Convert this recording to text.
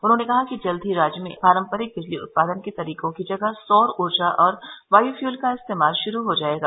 उन्होंने कहा कि जल्द ही राज्य में पारम्परिक बिजली उत्पादन के तरीकों की जगह सौर ऊर्जा और वायोफ्यूल का इस्तेमाल शुरू हो जायेगा